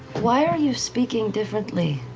why are you speaking differently?